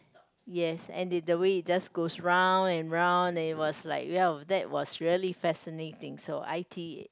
yes and the the way it just goes round and round it was like !wow! that was really fascinating so i_t